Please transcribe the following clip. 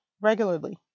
regularly